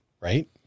right